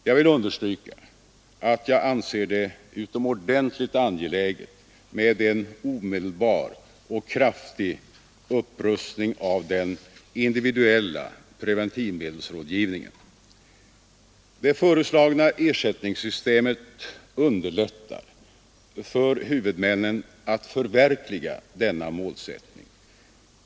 Jag vill understryka att jag anser det utomordentligt angeläget med en omedelbar och kraftig upprustning av den individuella preventivmedelsrådgivningen. Det föreslagna ersättningssystemet underlättar för huvudmännen att förverkliga denna målsättning.